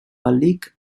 malik